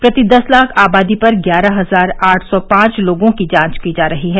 प्रति दस लाख आबादी पर ग्यारह हजार आठ सौ पांच लोगों की जांच की जा रही है